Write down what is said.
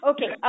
Okay